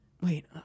wait